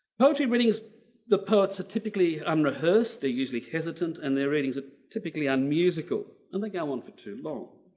poetry readings the poets are typically unrehearsed. they're usually hesitant and their readings are typically unmusical and they go on for too long.